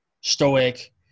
Stoic